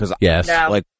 Yes